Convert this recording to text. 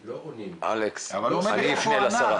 לא --- אלכס, אני אפנה לשרה.